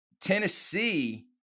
Tennessee